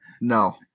No